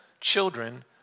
children